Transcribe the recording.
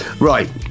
Right